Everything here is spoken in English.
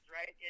right